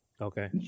Okay